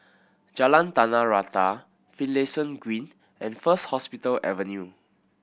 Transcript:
Jalan Tanah Rata Finlayson Green and First Hospital Avenue